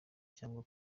cyanyu